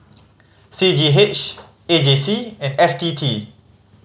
C G H A J C and F T T